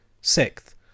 Sixth